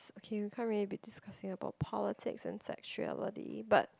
okay we can't really be discussing about politics and sexuality but